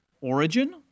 origin